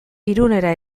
irunera